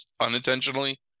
unintentionally